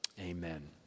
Amen